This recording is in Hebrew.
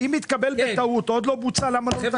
החלטה בטעות וזה עוד לא בוצע, למה לא לתקן?